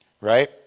right